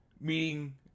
meeting